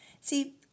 See